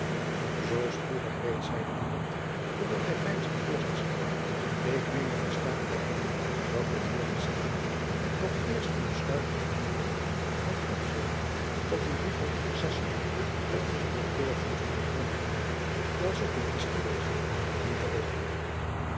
zoo spoedig reeds zeide buat terwijl hy peinzend voor zich zag ik meende verstaan te hebben dat de heeren staten nog eerst een besluit moesten nemen met opzicht tot een brief van intercessie welken de heer keurvorst van brandenburg wel zoo goed is geweest tot hen te richten